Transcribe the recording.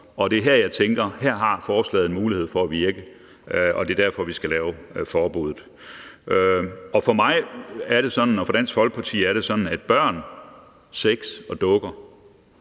og det er her, jeg tænker forslaget har mulighed for at virke, og det er derfor, vi skal lave forbuddet. For mig og for Dansk Folkeparti er det sådan, at børn, sex og dukker